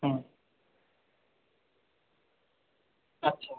হুম আচ্ছা